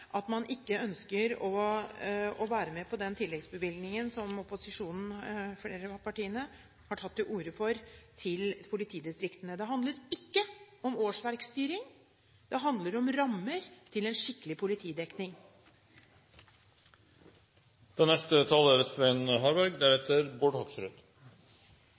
at man ikke ønsker å være med på den tilleggsbevilgningen som opposisjonen, flere av partiene, har tatt til orde for til politidistriktene. Det handler ikke om årsverksstyring, det handler om rammer til en skikkelig politidekning. Meningen er